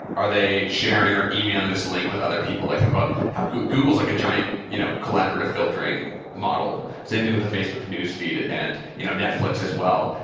are they sharing or emailing this link with other people? like think about how google is like a giant you know collaborative fi ltering model. same thing with the facebook newsfeed and you know netfl ix as well.